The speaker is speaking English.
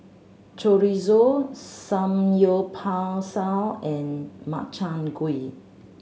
Chorizo Samgyeopsal and Makchang Gui